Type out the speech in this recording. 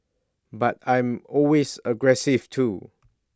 but I'm always aggressive too